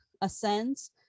ascends